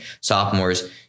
sophomores